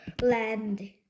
land